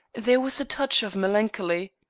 there was a touch of melancholy.